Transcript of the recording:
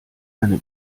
eine